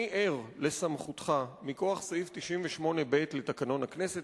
אני ער לסמכותך מכוח סעיף 98ב לתקנון הכנסת